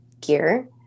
gear